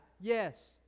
Yes